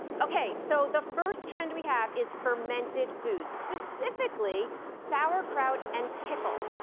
okay, so the first trend we have is fermented foods, specifically sauerkraut and pickles.